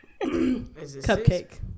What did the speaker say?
Cupcake